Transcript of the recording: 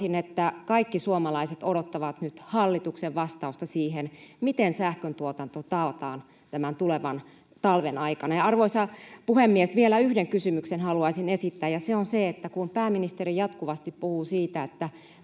että kaikki suomalaiset odottavat nyt hallituksen vastausta siihen, miten sähköntuotanto taataan tulevan talven aikana. Arvoisa puhemies! Vielä yhden kysymyksen haluaisin esittää siitä, että pääministeri jatkuvasti puhuu, että